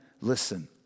Listen